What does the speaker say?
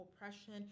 oppression